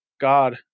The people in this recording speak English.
God